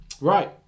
Right